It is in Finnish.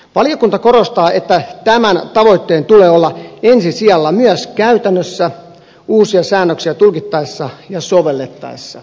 valiokunta korostaa että tämän tavoitteen tulee olla ensi sijalla myös käytännössä uusia säännöksiä tulkittaessa ja sovellettaessa